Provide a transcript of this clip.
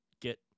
get